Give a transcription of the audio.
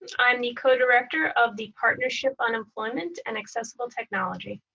i'm the co-director of the partnership on employment and accessible technology.